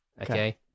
Okay